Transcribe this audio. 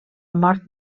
mort